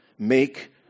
Make